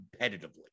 competitively